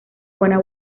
buena